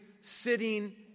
sitting